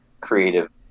creative